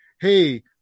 hey